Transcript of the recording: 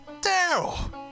Daryl